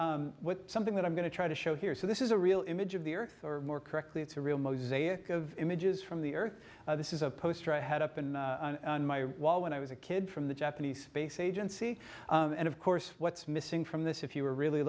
is something that i'm going to try to show here so this is a real image of the earth or more correctly it's a real mosaic of images from the earth this is a poster i had up in my wall when i was a kid from the japanese space agency and of course what's missing from this if you were really